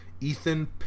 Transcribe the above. Ethan